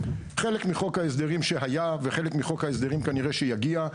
חלק מחוק ההסדרים שהיה וחלק מחוק ההסדרים שכנראה יגיע,